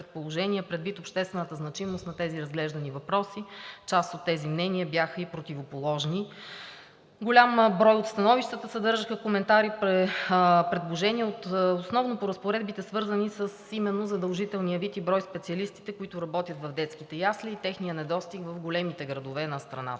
Предвид обществената значимост на тези разглеждани въпроси, част от тези мнения бяха и противоположни. Голям брой от становищата съдържаха коментари, предложения основно по разпоредбите, свързани именно със задължителния вид и брой специалисти, които работят в детските ясли, и техния недостиг в големите градове на страната.